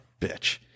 bitch